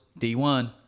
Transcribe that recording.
D1